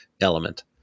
element